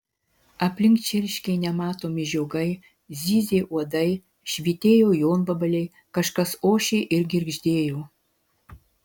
aplink čirškė nematomi žiogai zyzė uodai švytėjo jonvabaliai kažkas ošė ir girgždėjo